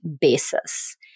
basis